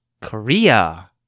Korea